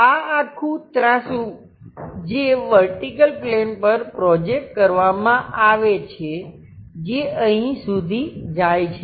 આ આખું ત્રાસું જે વર્ટિકલ પ્લેન પર પ્રોજેકટ કરવામાં આવે છે જે અહીં સુધી જાય છે